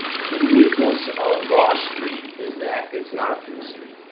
uniqueness of lawe street is that it's not a through street.